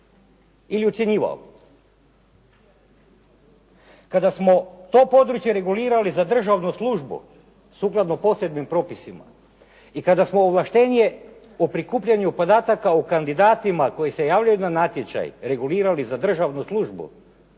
ili ucjenjivao. Kada smo to područje regulirali za državnu službu, sukladno posebnim propisima i kada smo ovlaštenje o prikupljanju podataka o kandidatima koji se javljaju na natječaj, regulirali za državnu službu